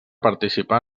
participar